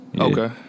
Okay